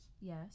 Yes